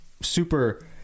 super